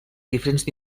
diferents